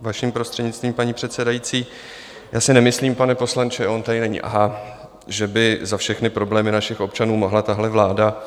Vaším prostřednictvím, paní předsedající, já si nemyslím, pane poslanče on tady není, aha že by za všechny problémy našich občanů mohla tahle vláda.